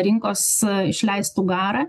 rinkos išleistų garą